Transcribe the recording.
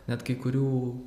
net kai kurių